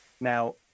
Now